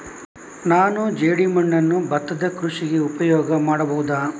ನಾನು ಜೇಡಿಮಣ್ಣನ್ನು ಭತ್ತದ ಕೃಷಿಗೆ ಉಪಯೋಗ ಮಾಡಬಹುದಾ?